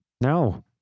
No